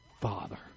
father